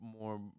more